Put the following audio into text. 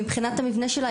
מבחינת המבנה שלה,